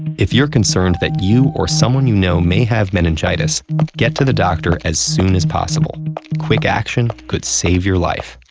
if you're concerned that you or someone you know may have meningitis, get to the doctor as soon as possible quick action could save your life.